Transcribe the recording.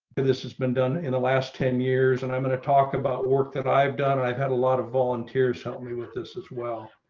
and this has been done in the last ten years and i'm going to talk about work that i've done, i've had a lot of volunteers, help me with this as well.